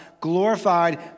glorified